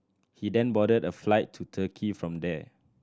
he then boarded a flight to Turkey from there